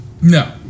no